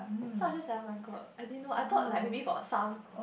so I'm just like oh-my-god I didn't know I thought like maybe got some